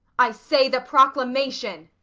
i say, the proclamation.